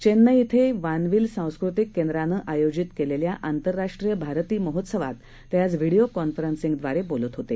चेन्नईइथंवानविलसांस्कृतिककेंद्रानंआयोजितकेलेल्याआंतरराष्ट्रीयभारतीमहोत्सवाततेआज व्हिडियोकॉन्फरन्सिंगदवारेबोलतहोते